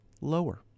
lower